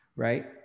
right